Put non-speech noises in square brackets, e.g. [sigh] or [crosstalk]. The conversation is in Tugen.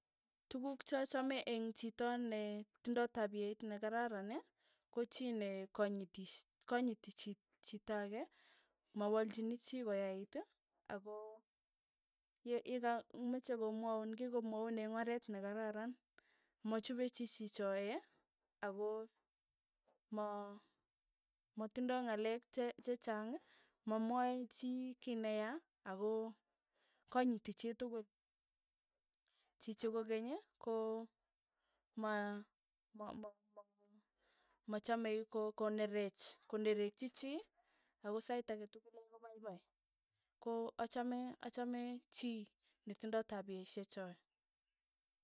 Tukuk cha chame eng' chito anee tindoi tapiet ne kararan ii, ko chii ne kanyitis kanyiti chit chito ake, mawalchini chii koyait ii ako ye- yekam meche komwaun kei komwaun eng' oret ne kararan, machupei chii chichoe, ako ma- matindoi ng'alek che- chechang, mamwae chii kei neya ako konyiti chitukul, chichi kokeny ii ko ma ma- ma- ma- ma machamei ko- konerech konerekchi chii ako sait ake tukul [hesitation] kopaipai, ko achame achame chii netindoi tapieshek choe.